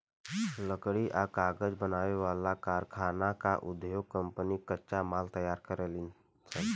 लकड़ी आ कागज बनावे वाला कारखाना आ उधोग कम्पनी कच्चा माल तैयार करेलीसन